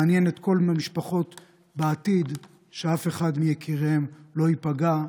מעניין את כל המשפחות בעתיד שאף אחד מיקיריהן לא ייפגע.